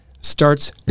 starts